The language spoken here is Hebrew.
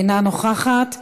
אינה נוכחת.